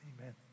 amen